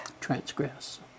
Transgress